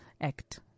Act